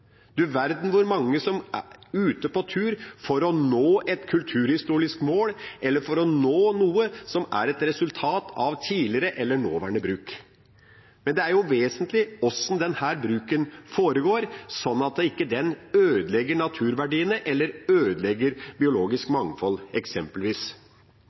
Du verden hvor mange som er ute på tur for å nå et kulturhistorisk mål eller for å nå noe som er et resultat av tidligere eller nåværende bruk. Men det er vesentlig hvordan denne bruken foregår, sånn at den ikke ødelegger naturverdiene eller ødelegger eksempelvis biologisk